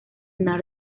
nasr